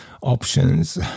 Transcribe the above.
options